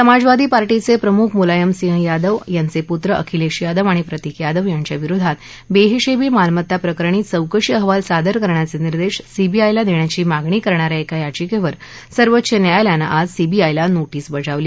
समाजवादी पार्टीचप्रिमुख मुलायम सिंग यादव आणि त्यांचप्रित्र अखिलधियादव आणि प्रतिक यादव यांच्या विरोधात बहिराकी मालमत्ता प्रकरणी चौकशी अहवाल सादर करण्याच मिर्देश सीबीआयला दख्खाची मागणी करण्याऱ्या एका याचिक्ख्र सर्वोच्च न्यायालयानं आज सीबीआयला नोटीस बजावली